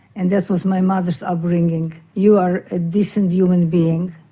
and that was my mother's upbringing you are a decent human being,